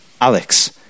Alex